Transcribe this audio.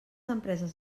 empreses